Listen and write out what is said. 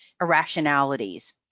irrationalities